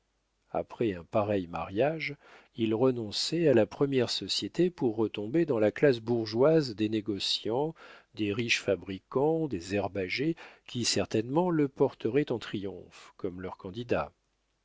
après un pareil mariage il renonçait à la première société pour retomber dans la classe bourgeoise des négociants des riches fabricants des herbagers qui certainement le porteraient en triomphe comme leur candidat